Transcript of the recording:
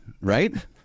right